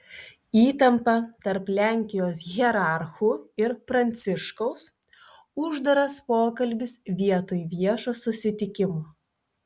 įtampa tarp lenkijos hierarchų ir pranciškaus uždaras pokalbis vietoj viešo susitikimo